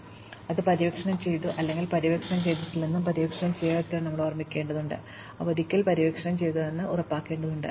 അതിനാൽ ഞങ്ങൾ അത് പര്യവേക്ഷണം ചെയ്തു അല്ലെങ്കിൽ പര്യവേക്ഷണം ചെയ്തിട്ടില്ലെന്നും പര്യവേക്ഷണം ചെയ്യാത്തവയാണെന്നും ഞങ്ങൾ ഓർമ്മിക്കേണ്ടതുണ്ട് അവ ഒരിക്കൽ പര്യവേക്ഷണം ചെയ്തുവെന്ന് ഉറപ്പാക്കേണ്ടതുണ്ട്